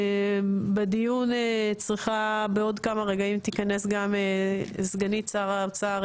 בדיון צריכה בעוד כמה רגעים להיכנס גם סגנית שר האוצר,